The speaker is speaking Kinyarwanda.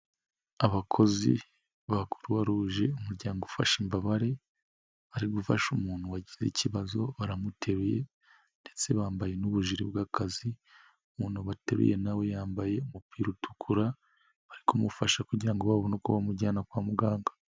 Abakozi ba Croix Rouge umuryango ufasha imbabare, ari gufasha umuntu wagize ikibazo, baramuteruye ndetse bambaye n'ubujire bw'akazi, umuntu wateruye nawe yambaye umupira utukura, bari kumufasha kugira ngo babone uko bamujyana kwa muganga.